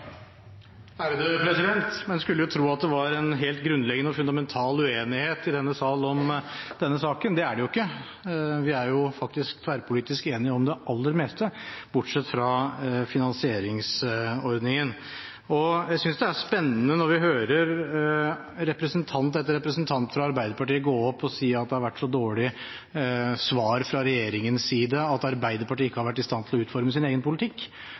var en helt grunnleggende og fundamental uenighet i denne sal om denne saken. Det er det jo ikke. Vi er faktisk tverrpolitisk enige om det aller meste, bortsett fra finansieringsordningen. Jeg synes det er spennende når vi hører representant etter representant fra Arbeiderpartiet gå opp og si at det har vært så dårlige svar fra regjeringens side at Arbeiderpartiet ikke har vært i stand til å utforme sin egen politikk.